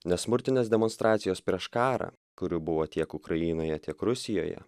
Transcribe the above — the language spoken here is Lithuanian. nesmurtinės demonstracijos prieš karą kurių buvo tiek ukrainoje tiek rusijoje